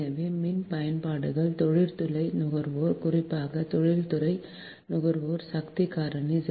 எனவே மின் பயன்பாடுகள் தொழில்துறை நுகர்வோர் குறிப்பாக தொழில்துறை நுகர்வோர் சக்தி காரணி 0